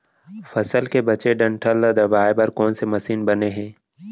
फसल के बचे डंठल ल दबाये बर कोन से मशीन बने हे?